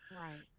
Right